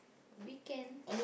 weekend